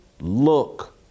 look